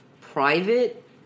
private